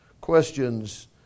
questions